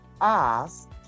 asked